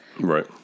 Right